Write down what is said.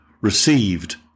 received